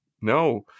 No